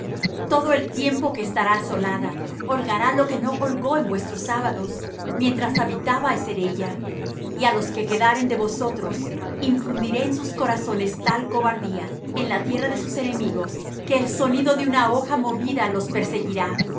todo el tiempo que estará asolada holgará lo que no holgó en vuestros sábados mientras habitabais en ella y á los que quedaren de vosotros infundiré en sus corazones tal cobardía en la tierra de sus enemigos que el sonido de una hoja movida los perseguirá